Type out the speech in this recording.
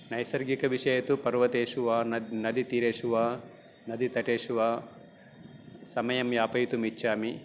नैसर्गिकविषये तु पर्वतेषु वा नदी नदीतीरेषु वा नदीतटेषु वा समयं यापयितुमिच्छामि